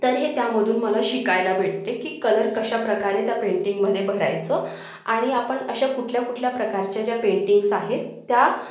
तर हे त्यामधून मला शिकायला भेटते की कलर कशाप्रकारे त्या पेंटिंगमध्ये भरायचं आणि आपण अशा कुठल्या कुठल्या प्रकारच्या ज्या पेंटिंक्स आहेत त्या